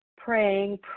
praying